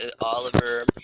Oliver